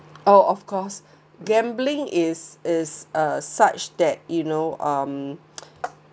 oh of course gambling is is uh such that you know um